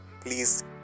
please